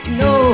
no